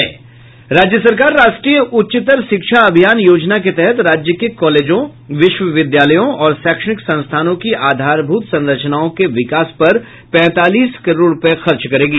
राज्य सरकार राष्ट्रीय उच्चतर शिक्षा अभियान योजना के तहत राज्य के कॉलेजों विश्वविद्यालयों और शैक्षणिक संस्थानों की आधारभूत संरचनाओं के विकास पर पैंतालीस करोड़ रूपये खर्च करेगी